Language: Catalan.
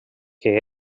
que